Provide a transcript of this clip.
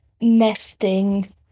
nesting